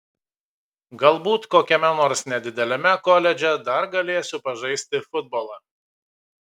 galbūt kokiame nors nedideliame koledže dar galėsiu pažaisti futbolą